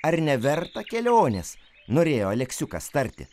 ar neverta kelionės norėjo aleksiukas tarti